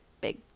big